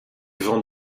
vent